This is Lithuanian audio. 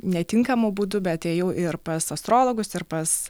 netinkamu būdu bet ėjau ir pas astrologus ir pas